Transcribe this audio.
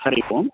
हरिः ओम्